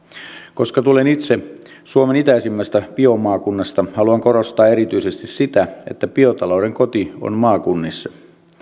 koska tulen itse suomen itäisimmästä biomaakunnasta haluan korostaa erityisesti sitä että biotalouden koti on maakunnissa